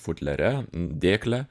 futliare dėkle